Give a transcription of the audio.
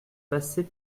passer